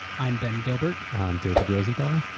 i'm ben gilbert. i'm david rosenthal.